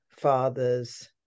fathers